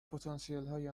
پتانسیلهای